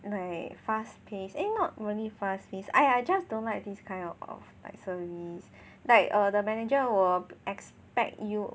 like fast pace eh not really fast pace !aiya! I just don't like these kind of like service like err the manager will expect you